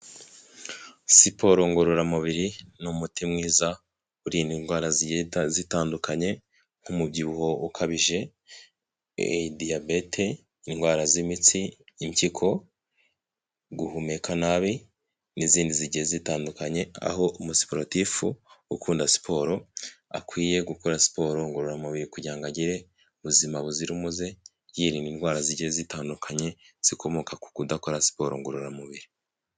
Siporo ngororamubiri ni umuti mwiza urinda indwara zigiye zitandukanye nk'umubyibuho ukabije, diyabete, indwara z'imitsi, impyiko, guhumeka nabi n'izindi zigiye zitandukanye, aho umusiporotifu ukunda siporo akwiye gukora siporo ngororamubiri kugira ngo agire ubuzima buzira umuze yirinda indwara zigiye zitandukanye zikomoka ku kudakora siporo ngororamubiri.